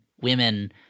women